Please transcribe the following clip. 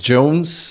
Jones